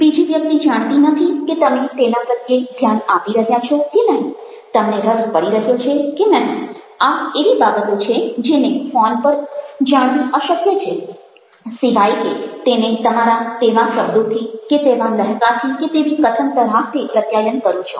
બીજી વ્યક્તિ જાણતી નથી કે તમે તેના પ્રત્યે ધ્યાન આપી રહ્યા છો કે નહિ તમને રસ પડી રહ્યો છે કે નહિ આ એવી બાબતો છે જેને ફોન પર જાણવી અશક્ય છે સિવાય કે તેને તમારા તેવા શબ્દોથી કે તેવા લહેકાથી કે તેવી કથન તરાહથી પ્રત્યાયન કરો છો